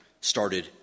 started